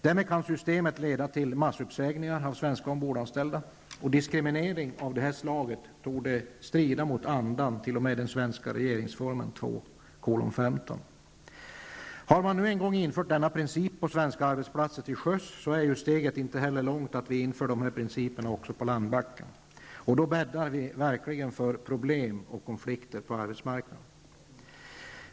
Därmed kan systemet leda till massuppsägningar av svenska ombordanställda. Diskriminering av det här slaget torde strida mot andan i den svenska regeringsformens 2 kap. 15 §. Har man en gång infört denna princip på svenska arbetsplatser till sjöss är steget inte långt till att införa principerna också på landbacken. Då bäddar vi verkligen för problem och konflikter på arbetsmarknaden.